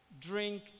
drink